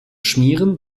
schmieren